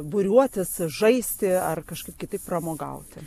būriuotis žaisti ar kažkaip kitaip pramogauti